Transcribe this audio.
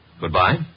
Goodbye